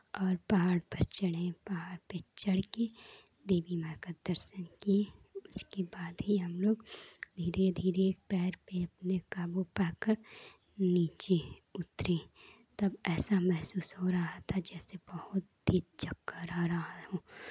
और पहाड़ पर चढ़े पहाड़ पे चढ़ के देवी माँ का दर्शन किए उसके बाद ही हमलोग धीरे धीरे पैर पे अपने काबू पा कर नीचे उतरी तब ऐसा महसूस हो रहा था जैसे बहुत ही चक्कर आ रहा हो